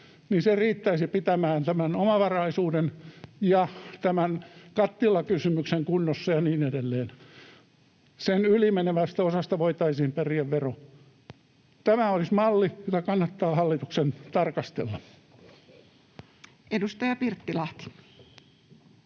niin se riittäisi pitämään tämän omavaraisuuden ja tämän kattilakysymyksen kunnossa ja niin edelleen. Sen ylimenevästä osasta voitaisiin periä vero. Tämä olisi malli, jota kannattaa hallituksen tarkastella. [Speech 165] Speaker: